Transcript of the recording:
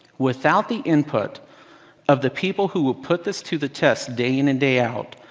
without the input of the people who will put this to the test day in and day out,